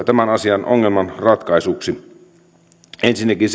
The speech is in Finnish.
tämän ongelman ratkaisuksi ensinnäkin